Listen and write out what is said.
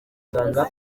muganga